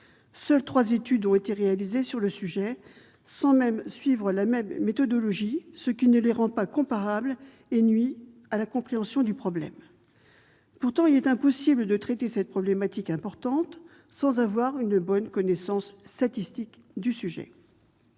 Seules trois études ont été réalisées sur le sujet et leurs auteurs n'ont pas suivi la même méthodologie, ce qui ne les rend pas comparables et nuit à la compréhension du problème. Pourtant, il est impossible de traiter cette problématique importante sans en avoir une bonne connaissance statistique. Une